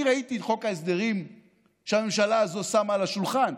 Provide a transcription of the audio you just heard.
אני ראיתי את חוק ההסדרים שהממשלה הזאת שמה על השולחן.